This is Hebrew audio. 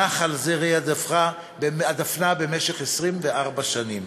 נח על זרי הדפנה, משך 24 שנים,